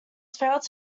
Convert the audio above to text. failed